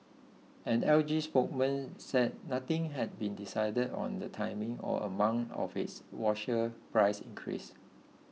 an L G spokesman said nothing had been decided on the timing or amount of its washer price increase